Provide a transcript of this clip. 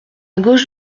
gauche